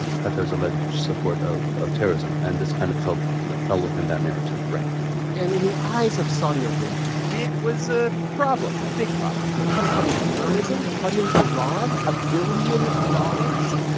and qatar's alleged support of of terrorism, and this kind of fell fell within that narrative right and in the eyes of saudi arabia. it was a problem, a big problem qatar funding terrorism, funding iran a billion dollars?